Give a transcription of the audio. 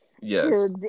yes